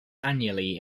annually